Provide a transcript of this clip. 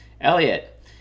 Elliot